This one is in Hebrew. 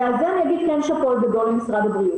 ועל זה אני כן אגיד שאפו גדול למשרד הבריאות,